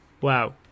Wow